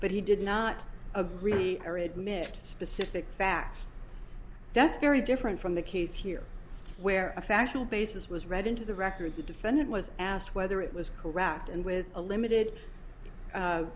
but he did not agree or admit specific facts that's very different from the case here where a factual basis was read into the record the defendant was asked whether it was correct and with a limited